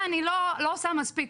מה אני לא עושה מספיק,